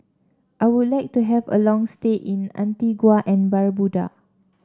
I would like to have a long stay in Antigua and Barbuda